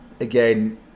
again